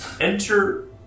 enter